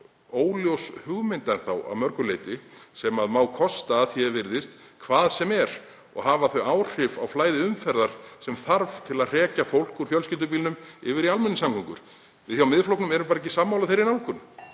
mjög óljós hugmynd enn þá að mörgu leyti, sem má kosta að því er virðist hvað sem er, og hafa þau áhrif á flæði umferðar sem þarf til að hrekja fólk úr fjölskyldubílnum yfir í almenningssamgöngur. Við hjá Miðflokknum erum ekki sammála þeirri nálgun.